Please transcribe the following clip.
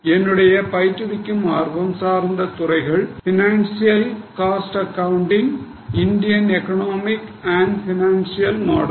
என்னுடைய பயிற்றுவிக்கும் ஆர்வம் சார்ந்த துறைகள் Financial Cost Accounting Indian economic and Financial model